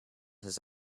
his